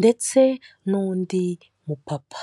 ndetse n'undi mupapa.